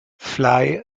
fly